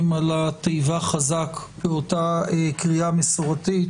על התיבה "חזק" באותה קריאה מסורתית,